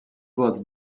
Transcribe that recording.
was